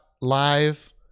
live